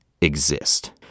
exist